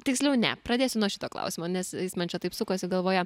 tiksliau ne pradėsiu nuo šito klausimo nes is man čia taip sukosi galvoje